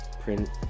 print